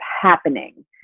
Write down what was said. happening